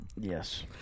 yes